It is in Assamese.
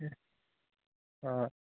অঁ